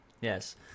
Yes